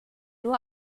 nur